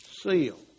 seal